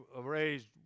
raised